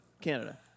Canada